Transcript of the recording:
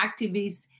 activists